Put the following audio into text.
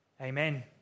Amen